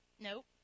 nope